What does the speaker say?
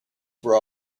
for